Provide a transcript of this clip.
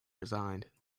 resigned